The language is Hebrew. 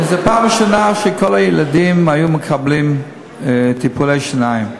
וזו הייתה הפעם הראשונה שכל הילדים מקבלים טיפולי שיניים,